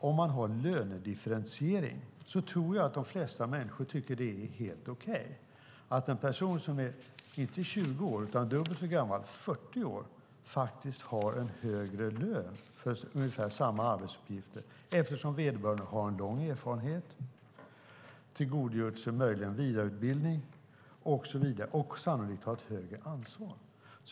Om man har lönedifferentiering tror jag att de flesta människor tycker att det är helt okej att en person som är 40 år har högre lön än en person som är 20 år för ungefär samma arbetsuppgifter, eftersom 40-åringen har en lång erfarenhet, möjligen har tillgodogjort sig vidareutbildning och så vidare och sannolikt har ett större ansvar.